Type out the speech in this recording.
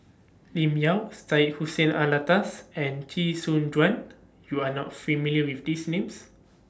Lim Yau Syed Hussein Alatas and Chee Soon Juan YOU Are not familiar with These Names